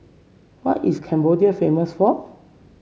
what is Cambodia famous for